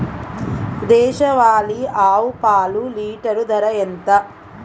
దేశవాలీ ఆవు పాలు లీటరు ధర ఎంత?